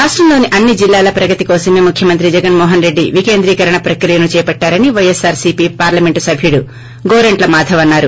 రాష్టంలోని అన్ని జిల్హాల ప్రగతి కోసమే ముఖ్యమంత్రి జగన్ మోహన్ రెడ్డి వికేంద్రీకరణ ప్రక్రియను చేపట్లారని వైఎస్పార్ సి పీ పార్లమెంటు సభ్యుడు గోరంట్ల మాధవ్ అన్నారు